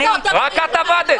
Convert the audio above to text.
רק את עבדת?